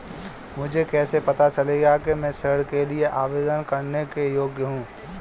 मुझे कैसे पता चलेगा कि मैं ऋण के लिए आवेदन करने के योग्य हूँ?